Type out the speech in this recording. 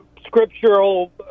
scriptural